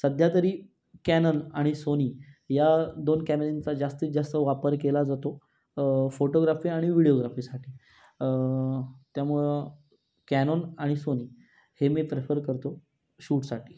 सध्या तरी कॅनन आणि सोनी या दोन कॅमेऱ्यांचा जास्तीत जास्त वापर केला जातो फोटोग्राफी आणि व्हिडिओग्राफीसाठी त्यामुळं कॅनॉन आणि सोनी हे मी प्रेफर करतो शूटसाठी